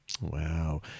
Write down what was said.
Wow